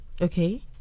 Okay